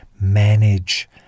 manage